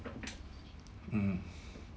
mm